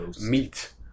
meat